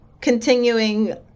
continuing